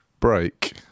Break